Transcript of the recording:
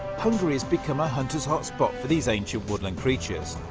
hungary has become a hunter's hot spot for these ancient woodland creatures.